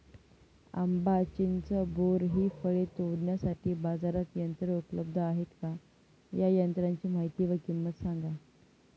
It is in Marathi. आंबा, चिंच, बोर हि फळे तोडण्यासाठी बाजारात यंत्र उपलब्ध आहेत का? या यंत्रांची माहिती व किंमत सांगा?